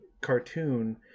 cartoon